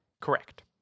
Correct